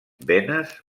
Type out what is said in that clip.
venes